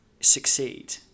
succeed